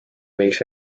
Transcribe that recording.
võiks